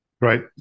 Right